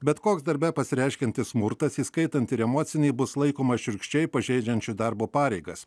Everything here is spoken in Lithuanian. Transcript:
bet koks darbe pasireiškiantis smurtas įskaitant ir emocinį bus laikomas šiurkščiai pažeidžiančių darbo pareigas